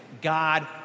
God